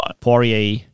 Poirier